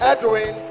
Edwin